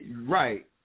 Right